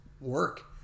work